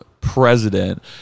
president